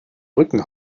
rücken